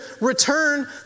return